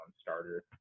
starter